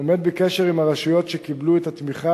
עומד בקשר עם הרשויות שקיבלו את התמיכה